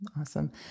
Awesome